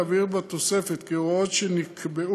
להבהיר בתוספת כי הוראות שנקבעו